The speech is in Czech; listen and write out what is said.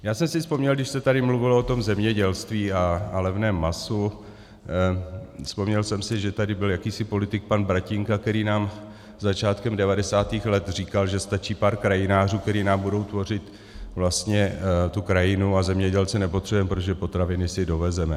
Já jsem si vzpomněl, když se tady mluvilo o tom zemědělství a levném masu, vzpomněl jsem si, že tady byl jakýsi politik pan Bratinka, který nám začátkem devadesátých let říkal, že stačí pár krajinářů, kteří nám budou tvořit tu krajinu, a zemědělce nepotřebujeme, protože potraviny si dovezeme.